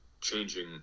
changing